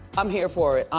i'm here for it.